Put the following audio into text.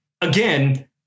again